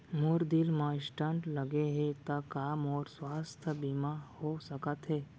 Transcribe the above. मोर दिल मा स्टन्ट लगे हे ता का मोर स्वास्थ बीमा हो सकत हे?